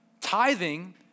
Tithing